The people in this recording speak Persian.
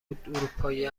بود، اروپایی